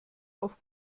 auf